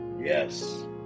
yes